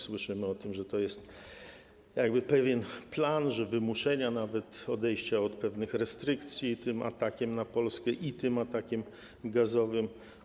Słyszymy o tym, że to jest pewien plan wymuszenia, nawet odejścia od pewnych restrykcji tym atakiem na Polskę i tym atakiem gazowym.